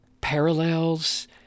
parallels